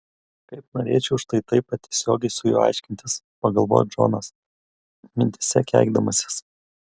kaip norėčiau štai taip tiesiogiai su juo aiškintis pagalvojo džonas mintyse keikdamasis